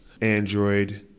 Android